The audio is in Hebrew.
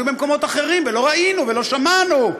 היינו במקומות אחרים ולא ראינו ולא שמענו.